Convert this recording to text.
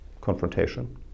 confrontation